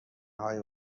های